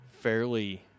fairly